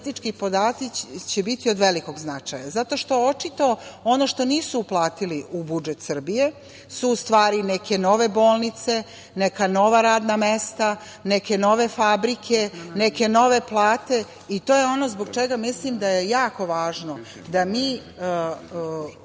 statistički podaci biti od velikog značaja zato što očito ono što nisu uplatiti u budžet Srbije su u stvari neke nove bolnice, neka nova radna mesta, neke nove fabrike, neke nove plate. To je ono zbog čega mislim da je jako važno da mi